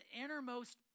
innermost